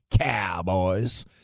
Cowboys